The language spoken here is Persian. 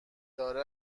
داره